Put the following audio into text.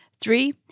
Three